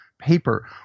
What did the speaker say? Paper